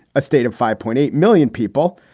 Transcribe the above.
a state of five point eight million people.